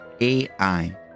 AI